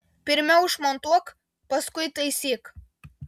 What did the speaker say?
pirmiau išmontuok paskui taisyk